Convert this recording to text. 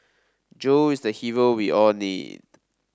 Joe is the hero we all need